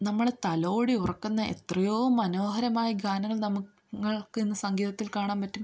നമ്മളെ തലോടി ഉറക്കുന്ന എത്രയോ മനോഹരമായ ഗാനങ്ങൾ നമ്മൾക്കിന്ന് സംഗീതത്തിൽ കാണാൻ പറ്റും